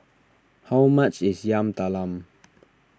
how much is Yam Talam